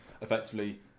Effectively